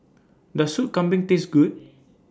Does Sup Kambing Taste Good